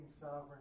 sovereign